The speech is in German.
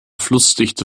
flussdichte